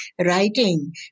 writing